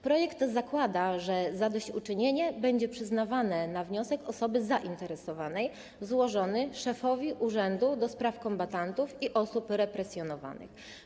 Projekt zakłada, że zadośćuczynienie będzie przyznawane na wniosek osoby zainteresowanej złożony szefowi Urzędu do Spraw Kombatantów i Osób Represjonowanych.